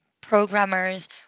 programmers